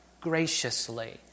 graciously